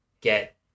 get